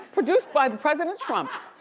produced by the president, trump.